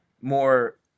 more